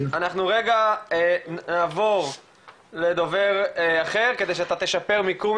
אנחנו נעבור לדובר אחר כדי שאתה תשפר מיקום,